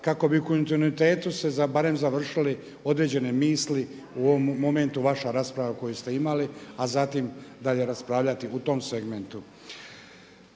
kako bi u kontinuitetu barem se završili određene misli u ovom momentu vaša rasprava koju ste imali, a zatim dalje raspravljati u tom segmentu.